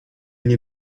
nie